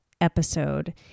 episode